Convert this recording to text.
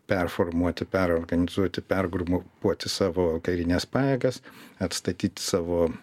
performuoti perorganizuoti pergrupuoti savo karines pajėgas atstatyti savo